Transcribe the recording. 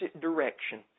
direction